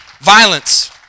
Violence